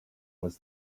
was